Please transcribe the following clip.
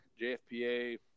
JFPA